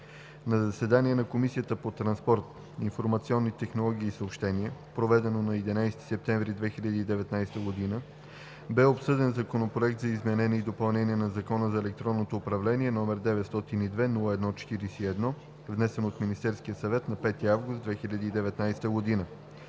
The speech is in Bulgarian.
На заседание на Комисията по транспорт, информационни технологии и съобщения, проведено на 11 септември 2019 г., бе обсъден Законопроект за изменение и допълнение на Закона за електронното управление, № 902-01-41, внесен от Министерския съвет на 5 август 2019 г.